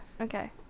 okay